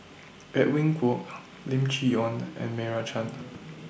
Edwin Koek Lim Chee Onn and Meira Chand